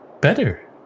better